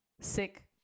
sick